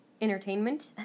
entertainment